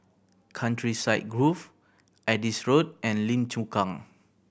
Countryside Grove Adis Road and Lim Chu Kang